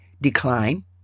decline